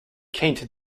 quinte